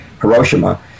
Hiroshima